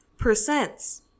percents